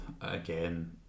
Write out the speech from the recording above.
again